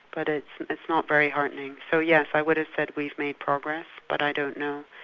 but ah it's not very heartening. so yes, i would have said we've made progress, but i don't know.